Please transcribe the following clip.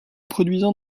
produisant